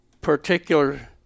particular